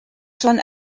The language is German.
schon